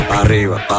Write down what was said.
arriba